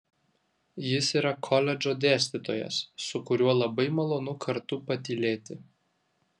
jis yra koledžo dėstytojas su kuriuo labai malonu kartu patylėti